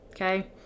Okay